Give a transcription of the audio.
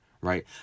right